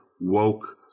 woke